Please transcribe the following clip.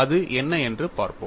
அது என்ன என்று பார்ப்போம்